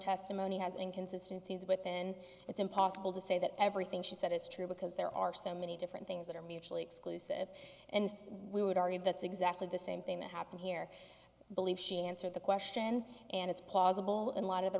testimony has an inconsistency is within it's impossible to say that everything she said is true because there are so many different things that are mutually exclusive and we would argue that's exactly the same thing that happened here believe she answered the question and it's plausible in a lot of the